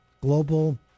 global